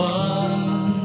one